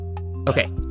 Okay